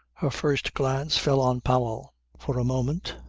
her first glance fell on powell. for a moment,